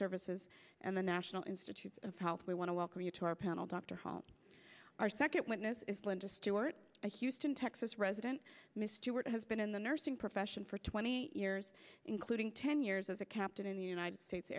services and the national institutes of health we want to welcome you to our panel dr hall our second witness is linda stewart a houston texas resident mr word has been in the nursing profession for twenty years including ten years as a captain in the united states